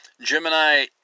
Gemini